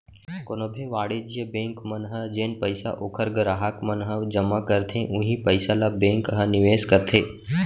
कोनो भी वाणिज्य बेंक मन ह जेन पइसा ओखर गराहक मन ह जमा करथे उहीं पइसा ल बेंक ह निवेस करथे